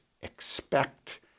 expect